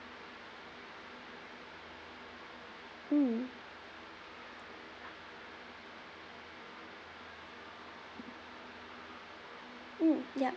mm mm yup